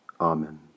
Amen